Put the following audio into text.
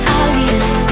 obvious